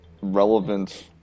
relevant